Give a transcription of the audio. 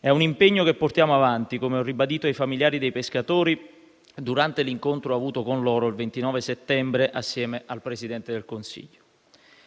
È un impegno che portiamo avanti, come ho ribadito ai familiari dei pescatori durante l'incontro avuto con loro il 29 settembre assieme al Presidente del Consiglio.